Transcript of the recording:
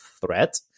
threat